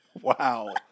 Wow